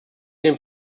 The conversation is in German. den